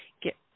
get